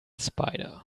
spider